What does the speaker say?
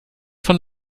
von